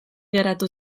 geratu